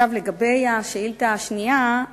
לגבי השאילתא השנייה,